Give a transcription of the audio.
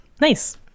nice